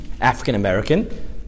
African-American